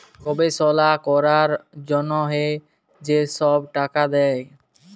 গবেষলা ক্যরার জ্যনহে যে ছব টাকা দেয়